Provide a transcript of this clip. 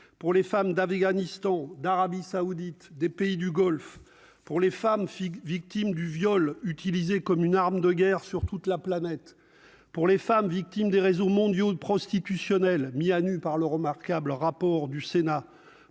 pour les femmes d'Afghanistan, d'Arabie Saoudite, des pays du Golfe pour les femmes, filles victimes du viol utilisé comme une arme de guerre sur toute la planète pour les femmes victimes des réseaux mondiaux de prostitutionnel mis à nu par le remarquable rapport du Sénat